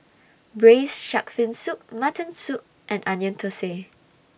Braised Shark Fin Soup Mutton Soup and Onion Thosai